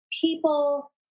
people